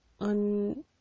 on